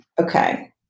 okay